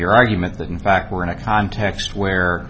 your argument that in fact we're in a context where